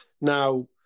Now